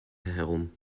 herum